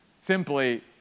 Simply